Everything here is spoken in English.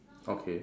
okay